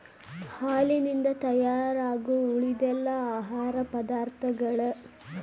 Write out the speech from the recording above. ಹಾಲಿನಿಂದ ತಯಾರಾಗು ಉಳಿದೆಲ್ಲಾ ಆಹಾರ ಪದಾರ್ಥಗಳ